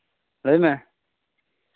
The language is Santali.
ᱞᱟᱹᱭ ᱢᱮ